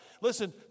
Listen